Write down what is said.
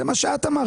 זה מה שאת אמרת לי.